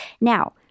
Now